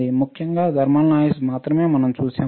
ముఖ్యంగా thermal noise మాత్రమే మనం చూశాము